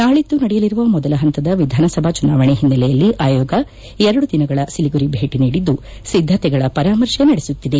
ನಾಳಿದ್ದು ನಡೆಯಲಿರುವ ಮೊದಲ ಹಂತದ ವಿಧಾನಸಭಾ ಚುನಾವಣೆ ಹಿನ್ನೆಲೆಯಲ್ಲಿ ಆಯೋಗ ಎರಡು ದಿನಗಳ ಸಿಲಿಗುರಿ ಭೇಟಿ ನೀಡಿದ್ದು ಸಿದ್ದತೆಗಳ ಪರಾಮರ್ಶೆ ನಡೆಸುತ್ತಿದೆ